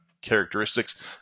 characteristics